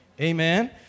Amen